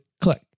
click